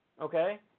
Okay